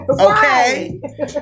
Okay